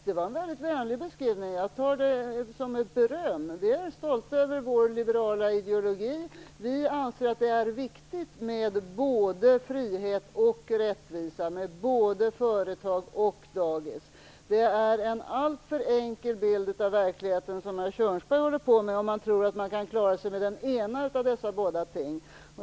Det är en väldigt vänlig beskrivning som jag tar som ett beröm. Vi är stolta över vår liberala ideologi och anser att det är viktigt med både frihet och rättvisa - med både företag och dagis. Det är en alltför enkel bild av verkligheten som herr Kjörnsberg håller på med om han tror att man kan klara sig med ett av dessa båda ting.